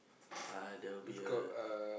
uh there will be a